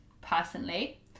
personally